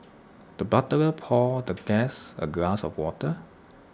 the butler poured the guest A glass of water